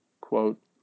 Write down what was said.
quote